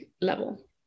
level